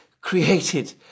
created